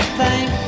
thank